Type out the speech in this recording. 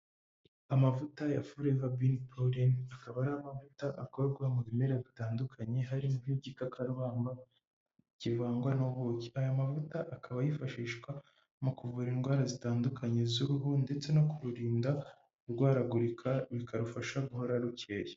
Amavuta ya foreva bini poleni akaba ari amavuta akorwa mu bimera bitandukanye harimo nk'igiikakarubamba kivangwa n'ubuki. Aya mavuta akaba yifashishwa mu kuvura indwara zitandukanye z'uruhu ndetse no kururinda kurwaragurika bikarufasha guhora rukeye.